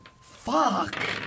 fuck